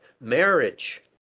marriage